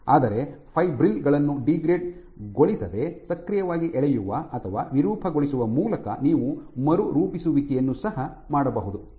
ಆದರೆ ಫೈಬ್ರಿಲ್ ಗಳನ್ನು ಡೀಗ್ರೇಡ್ ಗೊಳಿಸದೆ ಸಕ್ರಿಯವಾಗಿ ಎಳೆಯುವ ಅಥವಾ ವಿರೂಪಗೊಳಿಸುವ ಮೂಲಕ ನೀವು ಮರುರೂಪಿಸುವಿಕೆಯನ್ನು ಸಹ ಮಾಡಬಹುದು